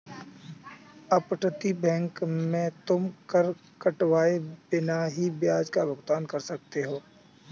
अपतटीय बैंक में तुम कर कटवाए बिना ही ब्याज का भुगतान कर सकते हो